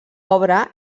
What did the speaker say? obra